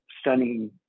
stunning